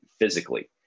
Physically